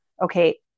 okay